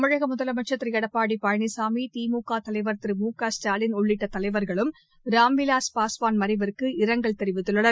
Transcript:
தமிழக முதலமைச்சர் திரு எடப்பாடி பழனிசாமி திமுக தலைவர் திரு மு க ஸ்டாலின் உள்ளிட்ட தலைவர்களும் ராம் விலாஸ் பாஸ்வான் மறைவுக்கு இரங்கல் தெரிவித்துள்ளனர்